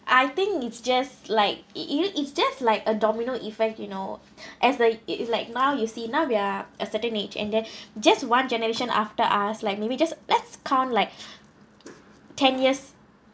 I think it's just like you know it's just like a domino effect you know as the it's like now you see now we are a certain age and then just one generation after us like maybe just let's count like ten years